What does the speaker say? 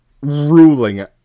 ruling